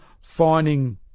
finding